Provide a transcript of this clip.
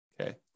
Okay